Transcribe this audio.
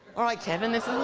all right, kevin, this